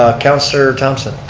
ah councilor thomson.